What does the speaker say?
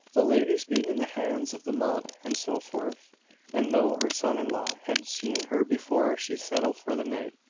the ladies being in the hands of the mob, and so forth and though her son-in-law had seen her before she settled for the night,